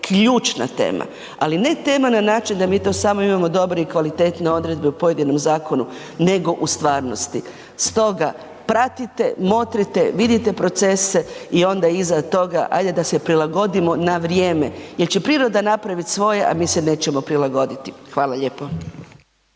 ključna tema, ali ne tema na način da mi to samo imamo dobre i kvalitetne odredbe u pojedinom zakonu nego u stvarnosti. Stoga, pratite, motrite, vidite procese i onda iza toga ajde da se prilagodimo na vrijeme, jer će priroda napraviti svoje, a mi se nećemo prilagoditi. Hvala lijepo.